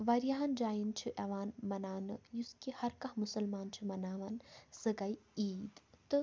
واریاہَن جایَن چھُ یِوان مَناونہٕ یُس کہِ ہر کانٛہہ مُسلمان چھُ مناوان سۄ گٔے عیٖد تہٕ